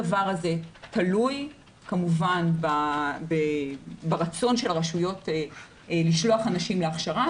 זה תלוי כמובן ברצון של הרשויות לשלוח אנשים להכשרה.